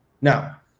Now